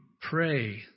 pray